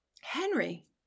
Henry